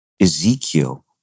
Ezekiel